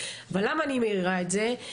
ולמה אני מעירה את זה?